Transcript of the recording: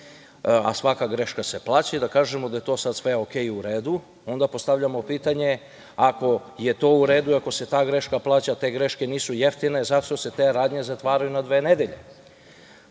a svaka greška se plaća i da kažemo da je to sad sve OK, u redu. Onda postavljamo pitanje, ako je to u redu i ako se ta greška plaća, te greške nisu jeftine, zato što se te radnje zatvaraju na dve nedelje?